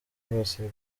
basiga